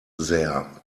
there